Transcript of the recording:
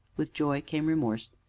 with joy came remorse,